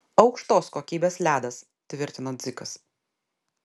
aukštos kokybės ledas tvirtino dzikas